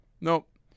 Nope